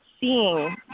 seeing